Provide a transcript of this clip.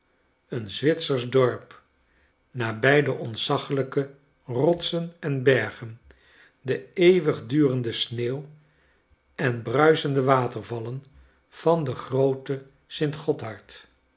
een zwitsersch dorp naby de ontzaglijke rotsen en bergen de eeuwigdurende sneeuw en bruisende watervallen van den grooten sint